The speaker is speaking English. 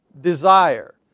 desire